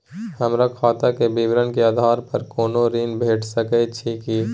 हमर खाता के विवरण के आधार प कोनो ऋण भेट सकै छै की?